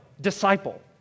disciple